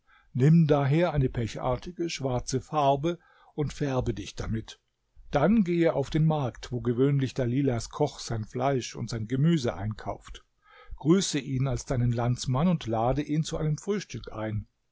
nimm daher eine pechartige schwarze farbe und färbe dich damit dann gehe auf den markt wo gewöhnlich dalilahs koch sein fleisch und sein gemüse einkauft grüße ihn als deinen landsmann und lade ihn zu einem frühstück ein